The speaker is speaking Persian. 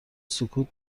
سکوت